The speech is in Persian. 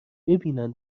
ببینن